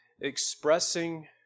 expressing